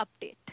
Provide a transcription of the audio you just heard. update